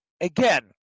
again